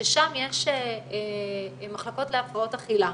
ששם יש מחלקות להפרעות אכילה,